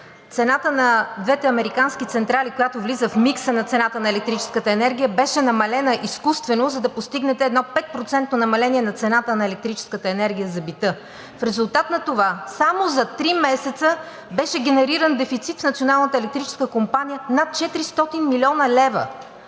цената на двете американски централи, която влиза в микса на цената на електрическата енергия, беше намалена изкуствено, за да постигнете едно 5-процентно намаление на цената на електрическата енергия за бита. В резултат на това само за три месеца беше генериран дефицит в Националната